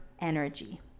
energy